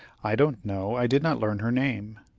i don't know. i did not learn her name.